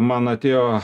man atėjo